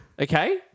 Okay